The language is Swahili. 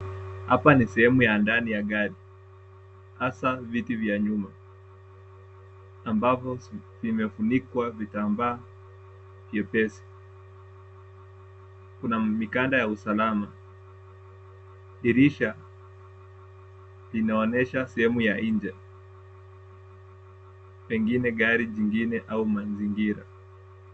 Hapa ni sehemu ya ndani ya gari, hasa viti vya nyuma ambapo vimefunikwa vitambaa vyepesi. Kuna mikanda ya usalama. Dirisha inaonesha sehemu ya nje pengine gari jingine au mazingira.